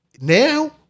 now